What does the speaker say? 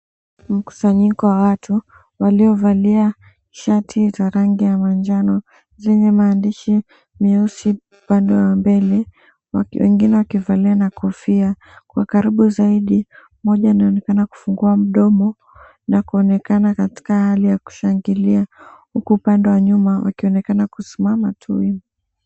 Mkusanyiko wa watu waliovalia shati za rangi ya manjano zenye maandishi meusi upande wa mbele, wengine wakivalia na kofia kwa karibu zaidi. Mmoja anaonekana kufungua mdomo na kuonekana katika hali ya kushangilia huku upande wa nyuma wakionekana kusima tu wima.